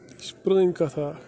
یہِ چھِ پرٛٲنۍ کَتھا